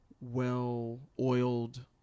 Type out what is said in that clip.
well-oiled